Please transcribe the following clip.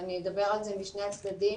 ואני אדבר על זה משני הצדדים.